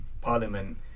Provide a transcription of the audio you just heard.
parliament